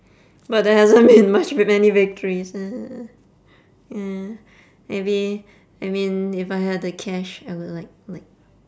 but there hasn't been much m~ many victories uh ya maybe I mean if I had the cash I will like like